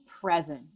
present